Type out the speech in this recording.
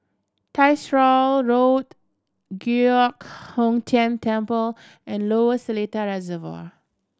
Tyersall Road Giok Hong Tian Temple and Lower Seletar Reservoir